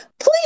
please